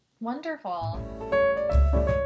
Wonderful